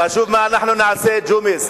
חשוב מה אנחנו נעשה, ג'ומס.